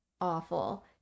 awful